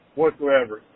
whatsoever